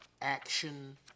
action